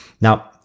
Now